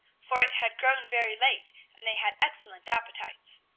for it had grown very late and they had excellent appetites.